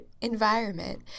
environment